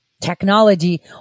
technology